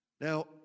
Now